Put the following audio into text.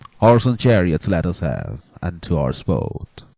horse and chariots let us have, and to our sport.